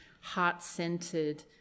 heart-centered